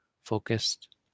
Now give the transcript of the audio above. focused